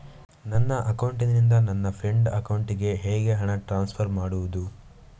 ನನ್ನ ಅಕೌಂಟಿನಿಂದ ನನ್ನ ಫ್ರೆಂಡ್ ಅಕೌಂಟಿಗೆ ಹಣ ಹೇಗೆ ಟ್ರಾನ್ಸ್ಫರ್ ಮಾಡುವುದು?